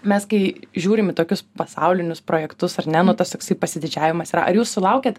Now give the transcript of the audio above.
mes kai žiūrim į tokius pasaulinius projektus ar ne nu tas toksai pasididžiavimas yra ar jūs sulaukiat